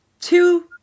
two